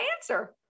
answer